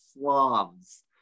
slavs